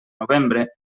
novembre